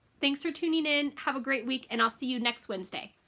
thanks for tuning in, have a great week, and i'll see you next wednesday.